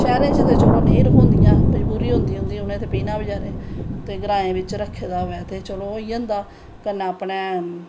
शैह्रैं च ते चलो नेंई रखोंदियां मज़बूरी होंदी उंदी पीना बचैरें उनैं ते ग्राएं च रक्खे दा होऐ ते होई जंदा अपनैं कन्नैं अपनैं